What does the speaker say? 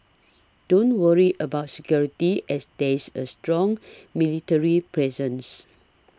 don't worry about security as there's a strong military presence